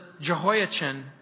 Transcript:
Jehoiachin